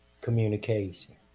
communication